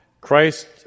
Christ